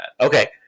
Okay